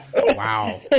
Wow